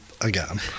again